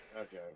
okay